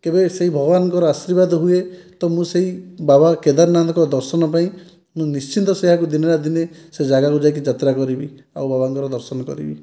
କେବେ ସେଇ ଭଗବାନଙ୍କର ଆଶୀର୍ବାଦ ହୁଏ ତ ମୁଁ ସେଇ ବାବା କେଦାରନାଥଙ୍କ ଦର୍ଶନ ପାଇଁ ମୁଁ ନିଶ୍ଚିନ୍ତ ସେୟାକୁ ଦିନେ ନା ଦିନେ ସେ ଯାଗାକୁ ଯାଇକି ଯାତ୍ରା କରିବି ଆଉ ବାବାଙ୍କ ଦର୍ଶନ କରିବି